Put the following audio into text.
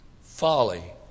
folly